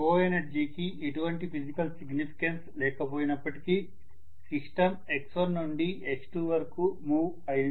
coenergy కి ఎటువంటి physical significance లేకపోయినప్పటికీ సిస్టమ్ x1 నుండి x2 వరకు మూవ్ అయింది